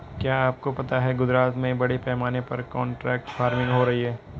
क्या आपको पता है गुजरात में बड़े पैमाने पर कॉन्ट्रैक्ट फार्मिंग हो रही है?